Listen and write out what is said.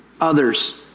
others